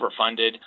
overfunded